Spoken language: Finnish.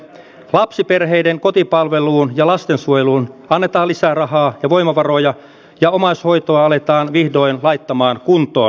lapsiperheiden kotipalveluun ja lastensuojeluun annetaan lisää rahaa ja voimavaroja ja omaishoitoa aletaan vihdoin laittamaan kuntoon